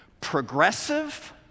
progressive